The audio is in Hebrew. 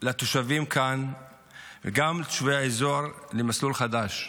לתושבים כאן וגם לתושבי האזור, למסלול חדש,